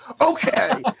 Okay